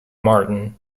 martin